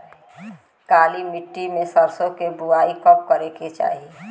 काली मिट्टी में सरसों के बुआई कब करे के चाही?